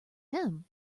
him